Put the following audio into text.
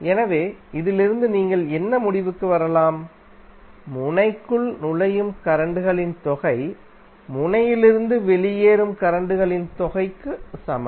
எனவே இதிலிருந்து நீங்கள் என்ன முடிவுக்கு வரலாம் முனைக்குள் நுழையும் கரண்ட் களின் தொகை முனையிலிருந்து வெளியேறும் கரண்ட் களின் தொகைக்கு சமம்